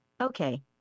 Okay